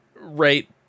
right